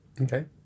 okay